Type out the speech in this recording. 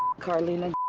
car, leland.